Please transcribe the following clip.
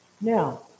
Now